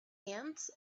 ants